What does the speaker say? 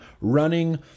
running